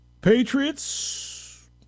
Patriots